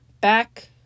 back